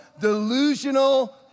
delusional